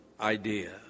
idea